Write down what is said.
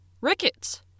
rickets